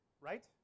right